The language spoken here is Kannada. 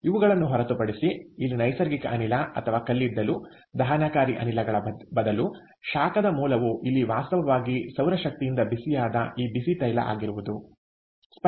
ಇವುಗಳನ್ನು ಹೊರತುಪಡಿಸಿ ಇಲ್ಲಿ ನೈಸರ್ಗಿಕ ಅನಿಲ ಅಥವಾ ಕಲ್ಲಿದ್ದಲು ದಹನಕಾರಿ ಅನಿಲಗಳ ಬದಲು ಶಾಖದ ಮೂಲವು ಇಲ್ಲಿ ವಾಸ್ತವವಾಗಿ ಸೌರ ಶಕ್ತಿಯಿಂದ ಬಿಸಿಯಾದ ಈ ಬಿಸಿ ತೈಲ ಆಗಿರುವುದು ಸ್ಪಷ್ಟವಾಗಿದೆ